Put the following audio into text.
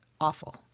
awful